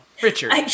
Richard